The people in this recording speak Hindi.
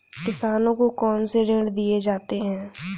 किसानों को कौन से ऋण दिए जाते हैं?